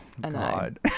God